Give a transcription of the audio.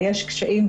ויש קשיים,